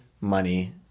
money